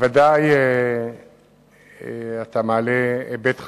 ודאי שאתה מעלה היבט חשוב,